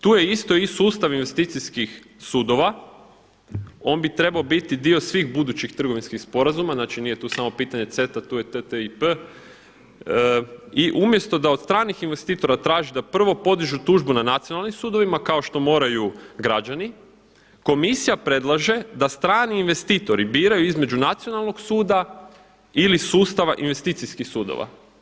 Tu je isto i sustav investicijskih sudova, on bi trebao biti dio svih budućih trgovinskih sporazuma, znači nije tu samo pitanje CETA, tu je i TTIP i umjesto da od stranih investitora traži da prvo podižu tužbu na nacionalnim sudovima kao što moraju građani, komisija predlaže da strani investitori biraju između nacionalnog suda ili sustava investicijskih sudova.